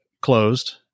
closed